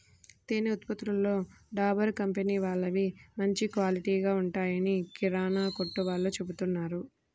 తేనె ఉత్పత్తులలో డాబర్ కంపెనీ వాళ్ళవి మంచి క్వాలిటీగా ఉంటాయని కిరానా కొట్టు వాళ్ళు చెబుతున్నారు